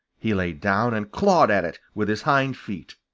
he lay down and clawed at it with his hind feet.